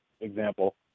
example